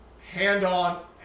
hand-on